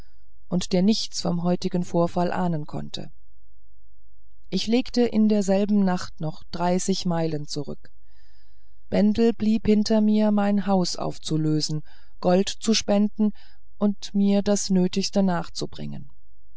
und der nichts vom heutigen vorfall ahnen konnte ich legte in derselben nacht noch dreißig meilen zurück bendel blieb hinter mir mein haus aufzulösen gold zu spenden und mir das nötigste nachzubringen